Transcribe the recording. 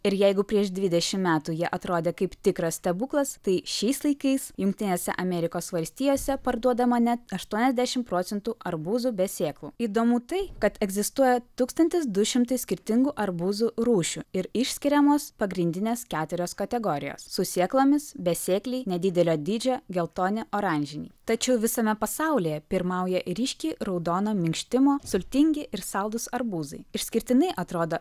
ir jeigu prieš dvidešim metų jie atrodė kaip tikras stebuklas tai šiais laikais jungtinėse amerikos valstijose parduodama net aštuoniasdešim procentų arbūzų be sėklų įdomu tai kad egzistuoja tūkstantis du šimtai skirtingų arbūzų rūšių ir išskiriamos pagrindinės keturios kategorijos su sėklomis besėkliai nedidelio dydžio geltoni oranžiniai tačiau visame pasaulyje pirmauja ryškiai raudono minkštimo sultingi ir saldūs arbūzai išskirtinai atrodo